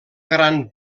gran